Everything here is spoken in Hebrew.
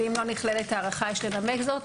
אם לא נכללת הערכה כאמור, יש לנמק זאת.